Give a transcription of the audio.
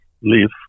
live